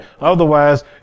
Otherwise